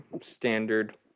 standard